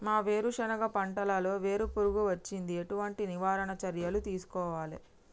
మా వేరుశెనగ పంటలలో వేరు పురుగు వచ్చింది? ఎటువంటి నివారణ చర్యలు తీసుకోవాలే?